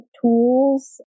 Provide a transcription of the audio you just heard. tools